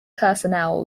personnel